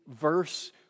verse